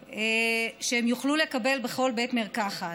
שהן יוכלו לקבל בכל בית מרקחת.